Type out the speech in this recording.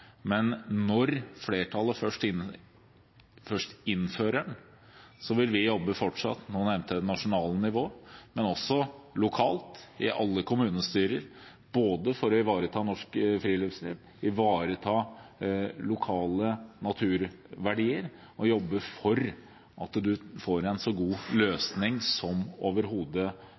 Men når flertallet først innfører den, vil vi jobbe fortsatt på nasjonalt nivå, som jeg nevnte, men også lokalt i alle kommunestyrer både for å ivareta norsk friluftsliv og lokale naturverdier og jobbe for at man får en så god